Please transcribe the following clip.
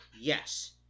Yes